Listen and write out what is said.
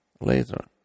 later